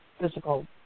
physical